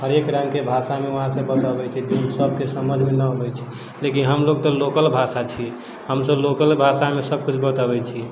हरेक रङ्गके भाषामे वहाँसँ बतबै छै लोकसबके समझमे नहि अबै छै देखियौ हमलोग तऽ लोकल भाषा छी हमसब लोकल भाषामे सब किछु बताबै छी